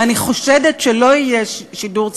ואני חושדת שלא יהיה שידור ציבורי,